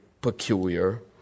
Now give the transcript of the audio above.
peculiar